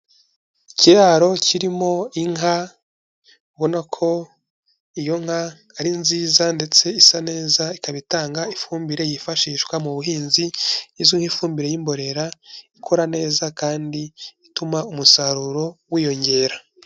Ikiraro kirimo inka ubona ko iyo nka ari nziza ndetse isa neza, ikaba itanga ifumbire yifashishwa mu buhinzi izwi nk'ifumbire y'imborera, ikora neza kandi ituma umusaruro wiyongera.